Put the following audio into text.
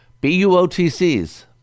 B-U-O-T-C's